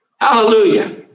Hallelujah